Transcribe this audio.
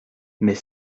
mais